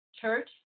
church